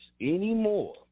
anymore